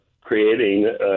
creating